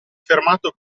fermato